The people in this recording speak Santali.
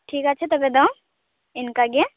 ᱴᱷᱤᱠ ᱟᱪᱷᱮ ᱛᱚᱵᱮᱫᱚ ᱤᱱᱠᱟᱹ ᱜᱮ